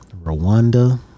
Rwanda